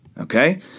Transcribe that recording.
Okay